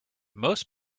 most